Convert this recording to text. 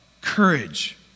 courage